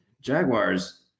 jaguars